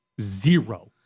zero